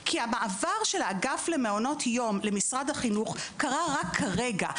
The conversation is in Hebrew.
כי המעבר של האגף של מעונות היום למשרד החינוך קרה רק הרגע.